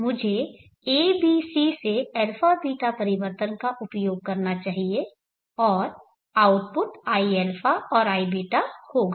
मुझे abc से αβ परिवर्तन का उपयोग करना चाहिए और आउटपुट iα और iβ होगा